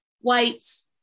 whites